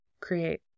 Create